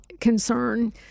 concern